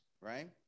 Right